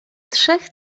trzech